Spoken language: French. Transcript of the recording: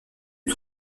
lui